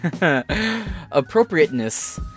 appropriateness